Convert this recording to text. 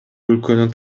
өлкөнүн